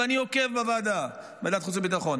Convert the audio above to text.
ואני עוקב בוועדת חוץ וביטחון,